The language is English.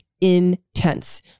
intense